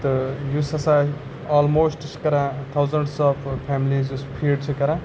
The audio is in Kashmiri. تہٕ یُس ہَسا آلموسٹ چھِ کَران تھَوزَنٛڈٕس آف فیملیٖز یُس فیٖڈ چھِ کَران